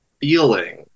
feeling